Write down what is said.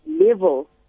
level